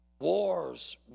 Wars